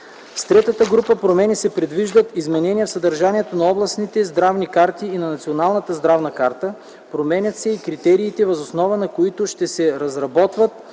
С третата група промени се предвиждат изменения в съдържанието на областните здравни карти и на Националната здравна карта. Променят се и критериите, въз основа на които ще се разработват